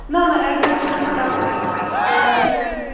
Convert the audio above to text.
نہ نہ ایٚڈرس چھَ نہٕ مےٚ پتہ کینٛہہ تُہۍ اگر مےٚ ایٚڈرس